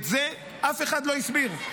את זה אף אחד לא הסביר.